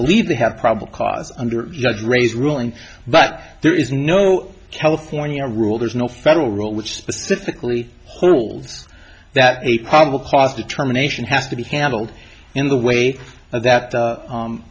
believe they have probable cause under judge ray's ruling but there is no california rule there's no federal rule which specifically holds that a probable cause determination has to be handled in the way that